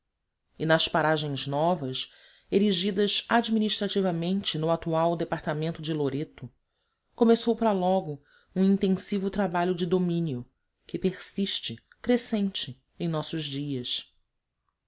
e nas paragens novas erigidas administrativamente no atual departamento de loreto começou para logo um intensivo trabalho de domínio que persiste crescente em nossos dias